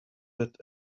that